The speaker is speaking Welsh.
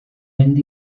mynd